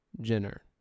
Jenner